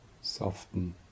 soften